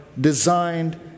designed